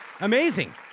Amazing